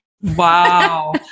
Wow